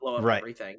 Right